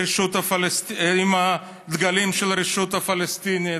הדגלים של הרשות הפלסטינית,